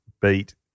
beat